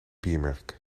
biermerk